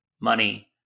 money